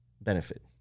benefit